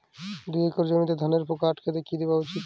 দুই একর জমিতে ধানের পোকা আটকাতে কি দেওয়া উচিৎ?